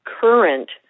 current